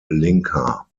linker